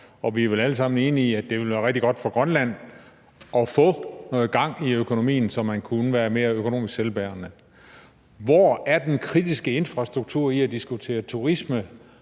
er vi vil alle sammen enige om, at det vil være rigtig godt for Grønland at få noget gang i økonomien, så man kunne være mere økonomisk selvbærende. Hvor er så den kritiske infrastruktur i at diskutere turisme